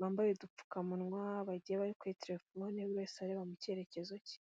bambaye udupfukamunwa bagiye bari kuri telefone buri wese areba mu cyerekezo cye.